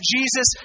Jesus